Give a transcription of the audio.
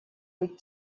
быть